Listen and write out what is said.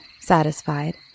satisfied